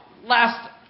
last